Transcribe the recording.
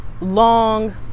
long